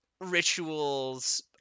rituals